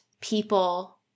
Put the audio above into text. people